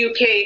UK